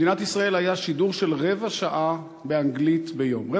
במדינת ישראל היה שידור של רבע שעה באנגלית ביום,